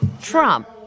Trump